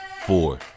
four